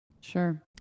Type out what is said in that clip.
Sure